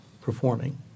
performing